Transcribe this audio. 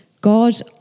God